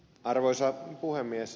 arvoisa puhemies